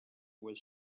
was